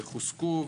חוזקו.